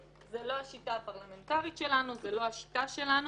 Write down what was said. זאת לא השיטה הפרלמנטרית שלנו, זאת לא השיטה שלנו.